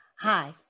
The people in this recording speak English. Hi